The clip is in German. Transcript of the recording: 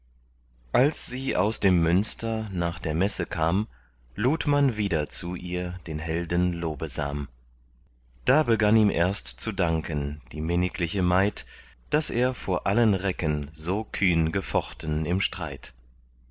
als sie aus dem münster nach der messe kam lud man wieder zu ihr den helden lobesam da begann ihm erst zu danken die minnigliche maid daß er vor allen recken so kühn gefochten im streit